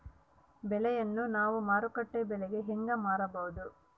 ಬೆಳೆಯನ್ನ ನಾವು ಮಾರುಕಟ್ಟೆ ಬೆಲೆಗೆ ಹೆಂಗೆ ಮಾರಬಹುದು?